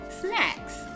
snacks